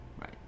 Right